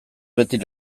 beti